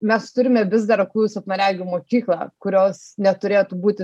mes turime vis dar aklųjų silpnaregių mokyklą kurios neturėtų būti